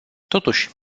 totuși